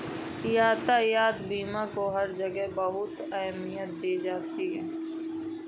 यातायात बीमा को हर जगह बहुत अहमियत दी जाती है